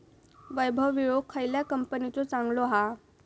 वैभव विळो खयल्या कंपनीचो चांगलो हा?